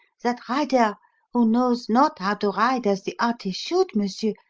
that rider who knows not how to ride as the artist should monsieur,